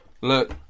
look